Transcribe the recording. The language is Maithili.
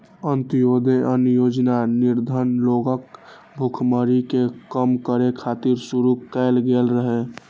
अंत्योदय अन्न योजना निर्धन लोकक भुखमरी कें कम करै खातिर शुरू कैल गेल रहै